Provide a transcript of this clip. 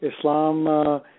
Islam